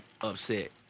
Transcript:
upset